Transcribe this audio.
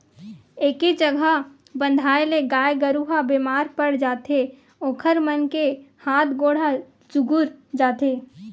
एके जघा बंधाए ले गाय गरू ह बेमार पड़ जाथे ओखर मन के हात गोड़ ह चुगुर जाथे